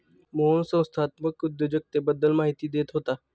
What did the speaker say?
मोहन संस्थात्मक उद्योजकतेबद्दल माहिती देत होता